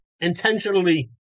intentionally